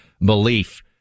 belief